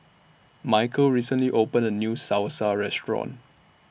Mykel recently opened A New Salsa Restaurant